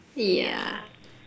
yeah